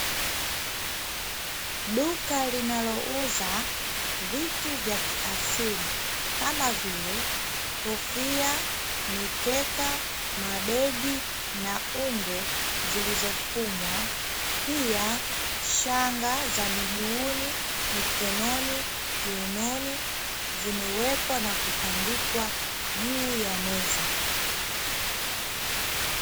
Duka linalouza vitu vya kiasili kama vile: kofia, mikeka, mabegi na ungo zilizofumwa; pia shanga za miguuni, mikononi, kiunoni; zimewekwa na kutandikwa juu ya meza.